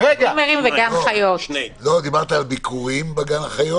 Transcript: על ביקורים בגן החיות,